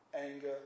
anger